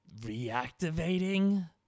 reactivating